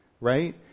right